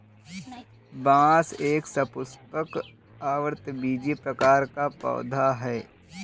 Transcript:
बांस एक सपुष्पक, आवृतबीजी प्रकार का पौधा है